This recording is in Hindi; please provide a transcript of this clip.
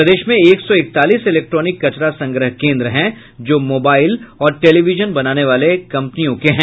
प्रदेश में एक सौ इकतालीस इलेक्ट्रॉनिक कचरा संग्रह केन्द्र हैं जो मोबाईल और टेलीविजन बनाने वाले कम्पनियों के हैं